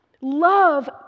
Love